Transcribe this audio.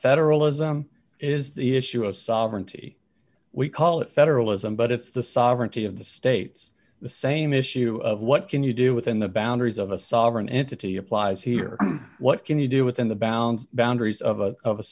federalism is the issue of sovereignty we call it federalism but it's the sovereignty of the states the same issue of what can you do within the boundaries of a sovereign entity applies here what can you do within the bounds boundaries of a of a